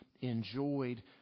enjoyed